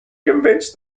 convinced